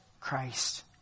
Christ